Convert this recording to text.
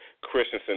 Christensen